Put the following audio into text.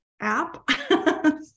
app